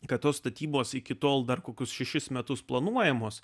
kad tos statybos iki tol dar kokius šešis metus planuojamos